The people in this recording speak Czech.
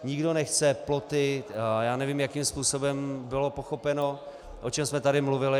Nikdo nechce ploty, a já nevím, jakým způsobem bylo pochopeno, o čem jsme tady mluvili.